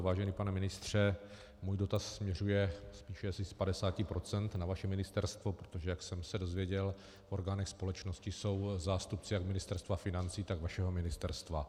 Vážený pane ministře, můj dotaz směřuje spíše asi z 50 % na vaše ministerstvo, protože jak jsem se dozvěděl, v orgánech společnosti jsou zástupci jak Ministerstva financí, tak vašeho ministerstva.